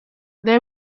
they